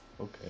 Okay